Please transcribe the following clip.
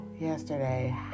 yesterday